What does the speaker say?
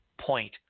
point